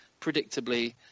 predictably